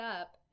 up